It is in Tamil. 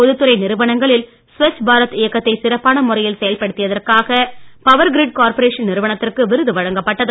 பொதுத்துறை நிறுவனங்களில் ஸ்வச் பாரத் இயக்கத்தை சிறப்பான முறையில் செயல்படுத்தியதற்காக பவர்கிரிட் கார்பொஷேன் நிறுவனத்திற்கு விருது வழங்கப்பட்டது